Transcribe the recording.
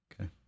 Okay